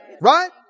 right